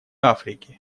африки